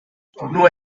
nur